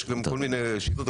יש כל מיני שיטות.